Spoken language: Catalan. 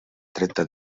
trenta